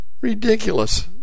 Ridiculous